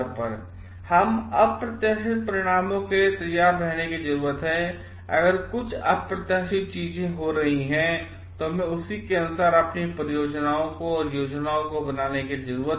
हमें अप्रत्याशित परिणामों के लिए तैयार रहने की जरूरत है और अगर कुछ अप्रत्याशित चीजें हो रही हैं तो हमें उसी के अनुसार अपनी योजनाएं बनाने की जरूरत है